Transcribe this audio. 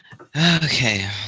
Okay